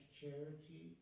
charity